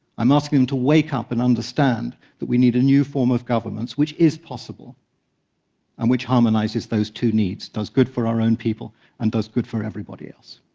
i'm asking them to wake up and understand that we need a new form of governance, which is possible and which harmonizes those two needs, those good for our own people and those good for everybody else.